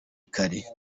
kare